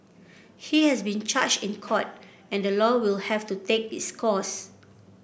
he has been charged in court and the law will have to take its course